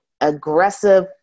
aggressive